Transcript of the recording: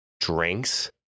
drinks